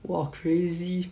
!wah! crazy